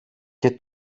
και